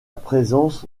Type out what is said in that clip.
présence